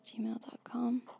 gmail.com